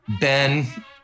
Ben